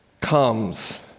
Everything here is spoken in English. comes